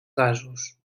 gasos